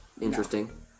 interesting